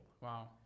Wow